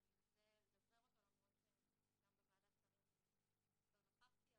ואני אנסה לדברר אותו למרות שגם בוועדת השרים לא נכחתי,